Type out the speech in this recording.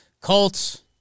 Colts